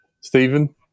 Stephen